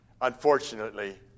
Unfortunately